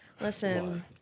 Listen